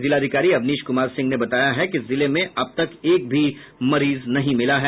जिलाधिकारी अवनीश कुमार सिंह ने बताया है कि जिले में अब तक एक भी मरीज नहीं मिला है